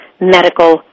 medical